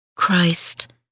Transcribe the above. Christ